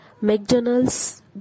McDonald's